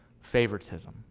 favoritism